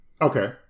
okay